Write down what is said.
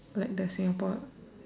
like the Singapore